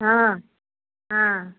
हाँ हाँ